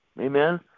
Amen